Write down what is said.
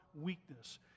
weakness